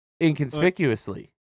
inconspicuously